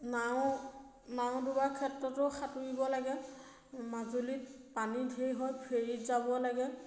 নাও নাও ডুবাৰ ক্ষেত্ৰতো সাঁতোৰিব লাগে মাজুলীত পানী ঢেৰ হয় ফেৰিত যাব লাগে